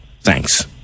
Thanks